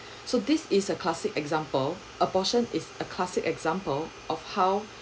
so this is a classic example abortion is a classic example of how